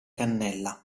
cannella